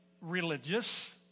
Religious